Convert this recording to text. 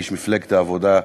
איש מפלגת העבודה,